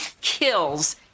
kills